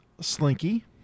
Slinky